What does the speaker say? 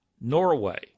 Norway